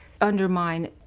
undermine